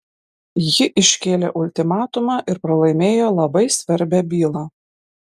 ji iškėlė ultimatumą ir pralaimėjo labai svarbią bylą